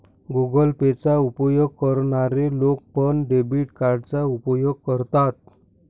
Google Pay चा उपयोग करणारे लोक पण, डेबिट कार्डचा उपयोग करतात